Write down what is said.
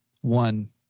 one